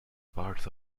parts